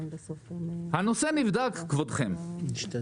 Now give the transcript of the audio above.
הנושא נבדק ואז נמצא